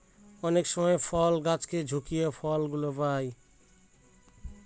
অনেক সময় ফলের গাছকে ঝাকিয়ে ফল গুলো পাই